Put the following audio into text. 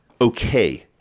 okay